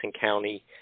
County